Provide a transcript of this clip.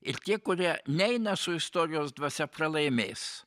ir tie kurie neina su istorijos dvasia pralaimės